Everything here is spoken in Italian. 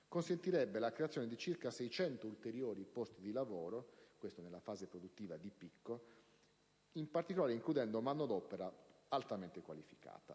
consentirebbe la creazione di circa 600 ulteriori posti di lavoro nella fase produttiva di picco, includendo in particolare manodopera altamente qualificata.